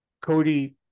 Cody